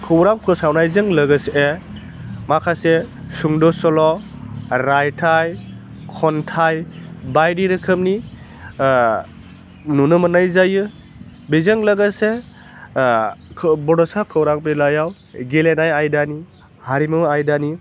खौरां फोसावनायजों लोगोसे माखासे सुंद' सल' रायथाइ खन्थाइ बायदि रोखोमनि नुनो मोन्नाय जायो बेजों लोगोसे बड'सा खौरां बिलाइयाव गेलेनाय आयदानि हारिमु आदायनि